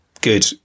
good